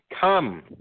Come